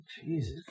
Jesus